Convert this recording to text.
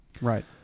Right